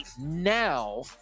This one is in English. now